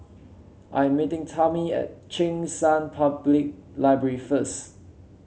I am meeting Tami at Cheng San Public Library first